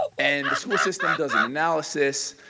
and the school system does an analysis,